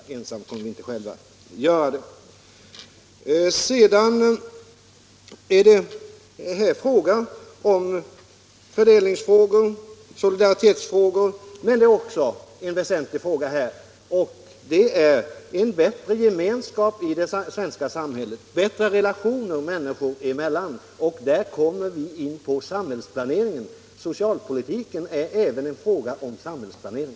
Sedan gäller det här fördelningsfrågor och solidaritetsfrågor. Men väsentlig är också frågan om en bättre gemenskap i det svenska samhället, bättre relationer människor emellan, och där kommer vi in på samhällsplaneringen. Socialpolitiken är även en fråga om samhällsplanering.